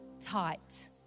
tight